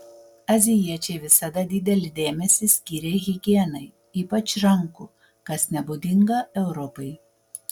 azijiečiai visada didelį dėmesį skyrė higienai ypač rankų kas nebūdinga europai